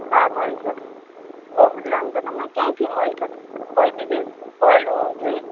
હા મળી જશે ગોલ્ડ લોન તો તમને ક્યાંયથી મળી જશે કોઈ બી જગ્યા બેંકમાંથી ગોલ્ડ હોવું જોઈએ